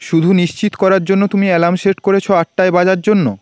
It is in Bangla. শুধু নিশ্চিত করার জন্য তুমি অ্যালার্ম সেট করেছ আটটায় বাজার জন্য